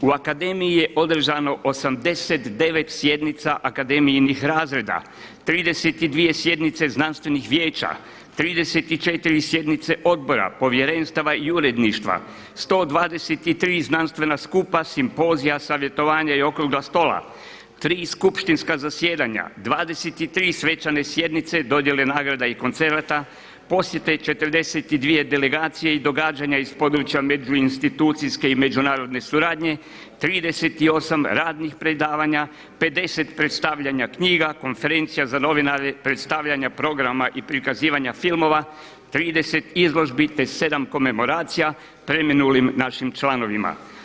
U Akademiji je održano 89 sjednica akademijinih razreda, 32 sjednice znanstvenih vijeća, 34 sjednice odbora, povjerenstava i uredništva, 123 znanstvena skupa, simpozija, savjetovanja i okrugla stola, 3 skupštinske zasjedanja, 23 svečane sjednice, dodjele nagrada i koncerata, posjete 42 delegacije i događanja iz područja međuinstitucijske i međunarodne suradnje, 38 radnih predavanja, 50 predstavljanja knjiga, konferencija za novinare, predstavljanja programa i prikazivanja filmova, 30 izložbi te 7 komemoracija preminulim našim članovima.